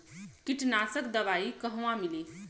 कीटनाशक दवाई कहवा मिली?